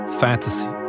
fantasy